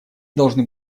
должны